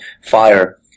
fire